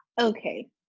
Okay